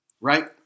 Right